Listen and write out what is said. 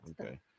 okay